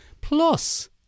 Plus